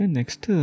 next